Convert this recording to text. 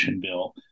bill